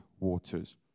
waters